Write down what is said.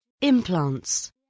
Implants